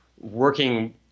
working